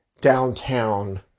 downtown